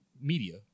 media